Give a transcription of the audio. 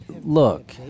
look